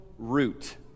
root